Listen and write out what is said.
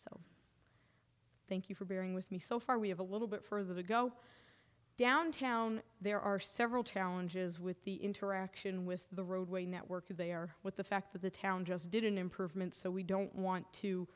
thank you for bearing with me so far we have a little bit further to go downtown there are several challenges with the interaction with the roadway network there with the fact that the town just did an improvement so we don't want to